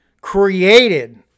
created